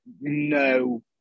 no